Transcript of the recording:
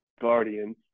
Guardians